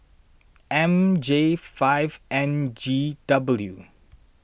M J five N G W